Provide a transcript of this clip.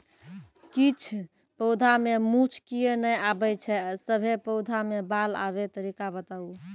किछ पौधा मे मूँछ किये नै आबै छै, सभे पौधा मे बाल आबे तरीका बताऊ?